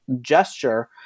gesture